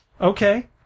Okay